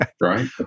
Right